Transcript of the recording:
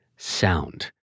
Sound